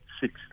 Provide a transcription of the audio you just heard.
six